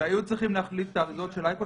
כשהיו צריכים להחליף את האריזות של אייקוס,